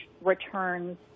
returns